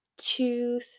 Two